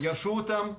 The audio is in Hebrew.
ירשו אותן?